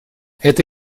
это